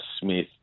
Smith